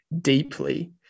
deeply